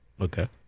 Okay